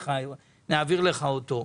נעביר לך אותו,